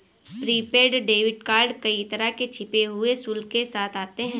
prepaid debit card कई तरह के छिपे हुए शुल्क के साथ आते हैं